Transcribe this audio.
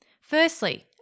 Firstly